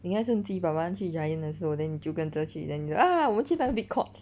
你应该趁机爸爸去 Giant 的时候 then 你就跟着去 then 你就 ah 我们去那个 big Courts